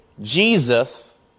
Jesus